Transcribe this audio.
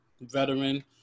veteran